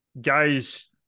Guy's